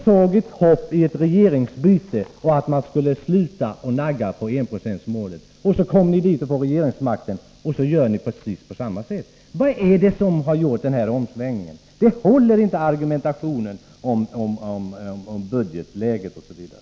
Man hoppades att det nu inte skulle naggas på enprocentsmålet, men när ni kommer i regeringsställning är detta precis vad ni gör. Vad är det som föranlett den här omsvängningen? Argumentationen om budgetläget håller inte.